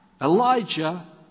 Elijah